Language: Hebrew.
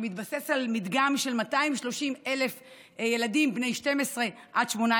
שמתבסס על מדגם של 230,000 ילדים בני 12 18,